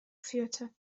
führte